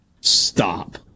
stop